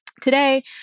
Today